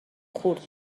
خورد